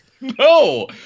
No